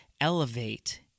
elevate